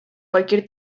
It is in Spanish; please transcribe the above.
cualquier